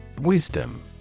Wisdom